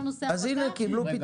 אז הנה, קיבלו פתרון.